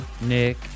Nick